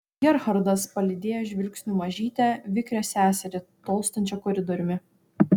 gerhardas palydėjo žvilgsniu mažytę vikrią seserį tolstančią koridoriumi